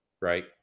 right